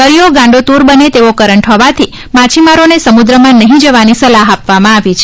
દરિયો ગાંડોતુર બને તેવા કરંટ હોવાથી માછીમારોને સમુદ્રમાં નહીં જવાની સલાહ આપવામાં આવી છે